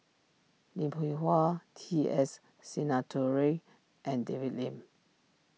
Lim Hwee Hua T S Sinnathuray and David Lim